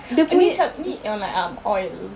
ni ni on like um oil